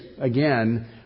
again